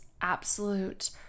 absolute